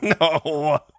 No